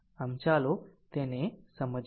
આમ ચાલો તેને સમજીએ